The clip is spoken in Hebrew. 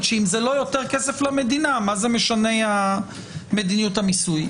שאם זה לא יותר כסף למדינה מה זה משנה מדיניות המיסוי?